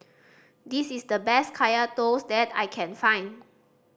this is the best Kaya Toast that I can find